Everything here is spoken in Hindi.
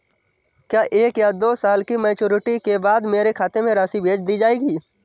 क्या एक या दो साल की मैच्योरिटी के बाद मेरे खाते में राशि भेज दी जाएगी?